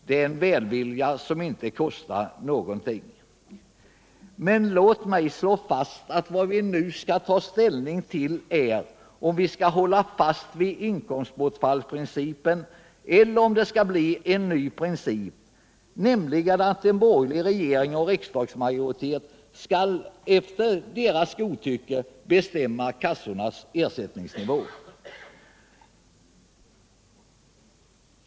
Det är en välvilja som inte kostar någonting. Men låt mig slå fast att vad vi nu skall ta ställning till är om vi skall hålla fast vid inkomstbortfallsprincipen eller om det skall bli en ny princip, nämligen att en borgerlig regering och riksdagsmajoritet skall efter sitt godtycke bestämma kassornas ersättningsnivå.